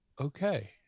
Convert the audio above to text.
okay